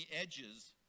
edges